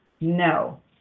no